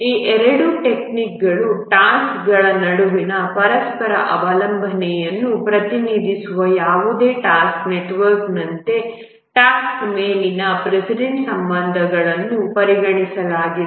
ಈ ಎರಡೂ ಟೆಕ್ನಿಕ್ಗಳು ಟಾಸ್ಕ್ಗಳ ನಡುವಿನ ಪರಸ್ಪರ ಅವಲಂಬನೆಯನ್ನು ಪ್ರತಿನಿಧಿಸುವ ಯಾವುದೇ ಟಾಸ್ಕ್ ನೆಟ್ವರ್ಕ್ನಂತೆ ಟಾಸ್ಕ್ ಮೇಲಿನ ಪ್ರೆಸಿಡೆಂಟ್ ಸಂಬಂಧಗಳನ್ನು ಪರಿಗಣಿಸಲಾಗಿದೆ